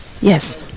Yes